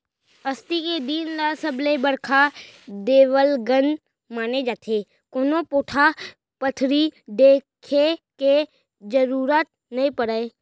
अक्ती के दिन ल सबले बड़का देवलगन माने जाथे, कोनो पोथा पतरी देखे के जरूरत नइ परय